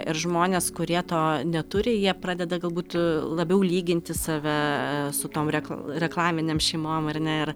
ir žmonės kurie to neturi jie pradeda galbūt labiau lyginti save e su tom rekl reklaminėm šeimom ar ne ir